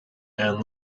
and